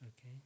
Okay